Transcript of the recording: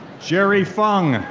jerry fung.